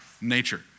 nature